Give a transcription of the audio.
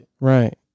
right